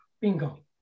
Bingo